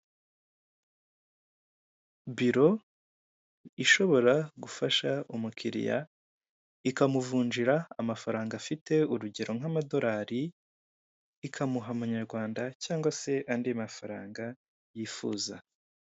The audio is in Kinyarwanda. Biro ishobora gufasha umukiliya ikamuvunjira amafaranga afite urugero nk'amadolari ikamuha amanyarwanda cyangwa se andi mafaranga yifuza.